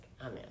amen